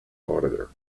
auditor